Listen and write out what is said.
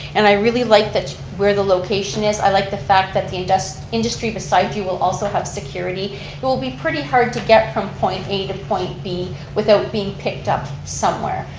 and i really like where the location is. i like the fact that the and so industry beside you will also have security. it will be pretty hard to get from point a to point b without being picked up somewhere.